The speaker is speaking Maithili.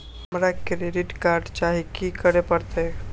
हमरा क्रेडिट कार्ड चाही की करे परतै?